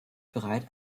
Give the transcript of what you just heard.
bereit